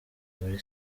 muri